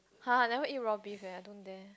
[huh] I never eat raw beef eh I don't dare